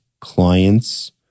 clients